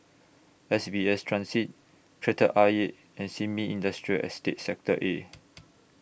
S B S Transit Kreta Ayer and Sin Ming Industrial Estate Sector A